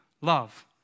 love